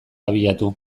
abiatu